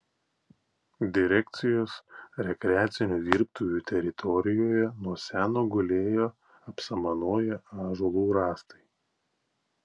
direkcijos rekreacinių dirbtuvių teritorijoje nuo seno gulėjo apsamanoję ąžuolų rąstai